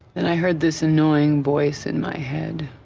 and i heard this annoying voice in my head,